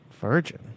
Virgin